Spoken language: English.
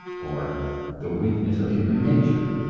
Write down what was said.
or the weakness of human nature.